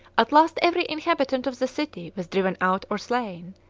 at last every inhabitant of the city was driven out or slain,